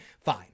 fine